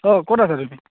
অঁ ক'ত আছা তুমি